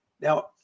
Now